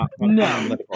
No